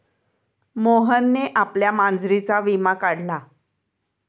मोहनने आपल्या मांजरीचा विमा काढला